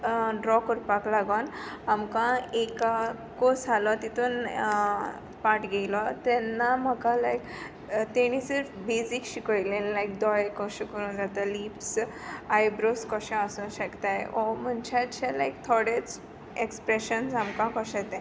draw करपाक लागून आमकां एक कोर्स आसलो तितून पार्ट घेयलो तेन्ना म्हाका लायक तांणी सिर्फ बेजिक्स शिकयिल्लें लायक दोळे कशें करून आसता लिप्स आयब्रोवज कशे आसूंक शकताय ऑर म्हणचें अशें लायक थोडे एक्सप्रेशन लायक कशे ते